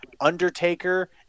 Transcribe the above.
Undertaker